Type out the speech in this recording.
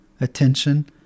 attention